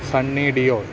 Sunny Deol